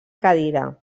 cadira